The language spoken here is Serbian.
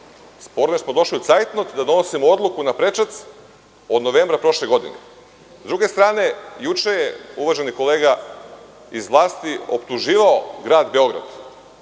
sporno je što smo došli u cajtung da donosimo odluku naprečac od novembra prošle godine.S druge strane, juče je uvaženi kolega iz vlasti optuživao grad Beograd